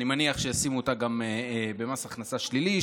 אני מניח שישימו אותה גם במס הכנסה שלילי,